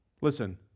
Listen